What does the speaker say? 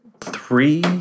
Three